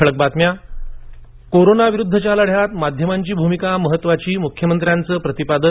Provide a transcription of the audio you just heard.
ठळक बातम्या कोरोनाविरुद्धच्या लढ्यात माध्यमांची भूमिका महत्वाची मुंख्यमंत्र्यांचं प्रतिपादन